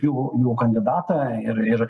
jų jų kandidatą ir ir